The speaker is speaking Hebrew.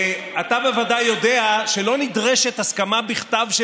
אתה בוודאי יודע שלא נדרשת הסכמה בכתב של